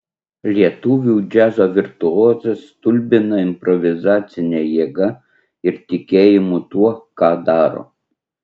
lietuvių džiazo virtuozas stulbina improvizacine jėga ir tikėjimu tuo ką daro